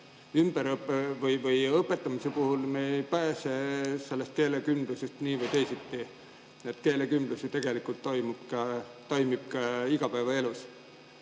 ümberõppe või õpetamise puhul ei pääse sellest keelekümblusest nii või teisiti. Keelekümblus ju tegelikult toimib ka igapäevaelus